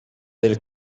del